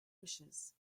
wishes